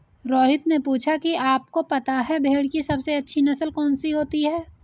रोहित ने पूछा कि आप को पता है भेड़ की सबसे अच्छी नस्ल कौन सी होती है?